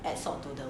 add salt the wound